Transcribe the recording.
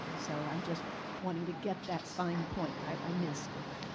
so i'm just wanting to get that fine point. i missed it.